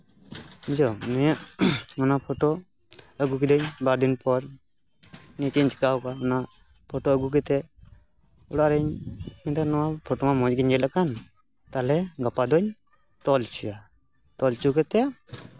ᱵᱩᱡᱷᱟᱹᱣ ᱤᱧᱟᱹᱜ ᱚᱱᱟ ᱯᱷᱳᱴᱳ ᱟᱹᱜᱩ ᱠᱤᱫᱟᱹᱧ ᱵᱟᱨ ᱫᱤᱱ ᱯᱚᱨ ᱱᱤᱭᱟᱹ ᱪᱮᱫ ᱤᱧ ᱪᱮᱠᱟ ᱟᱠᱟᱫᱟ ᱯᱷᱳᱴᱚ ᱟᱹᱜᱩ ᱠᱟᱛᱮᱫ ᱚᱲᱟᱜ ᱨᱤᱧ ᱢᱮᱛᱟ ᱠᱚ ᱠᱟᱱ ᱯᱷᱳᱴᱳ ᱢᱟ ᱢᱚᱸᱡ ᱜᱤᱧ ᱧᱮᱞᱮᱫ ᱠᱟᱱ ᱛᱟᱦᱞᱮ ᱜᱟᱯᱟ ᱫᱩᱧ ᱛᱚᱞ ᱦᱚᱪᱚᱭᱟ ᱛᱚᱞ ᱦᱚᱪᱚ ᱠᱟᱛᱮᱫ